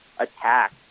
attack